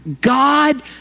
God